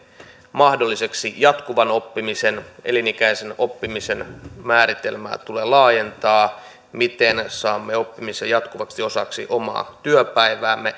mahdolliseksi jatkuvan oppimisen elinikäisen oppimisen määritelmää tulee laajentaa miten saamme oppimisen jatkuvaksi osaksi omaa työpäiväämme